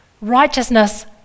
Righteousness